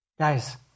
Guys